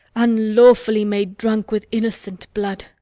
unlawfully made drunk with innocent blood.